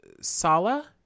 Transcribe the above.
Sala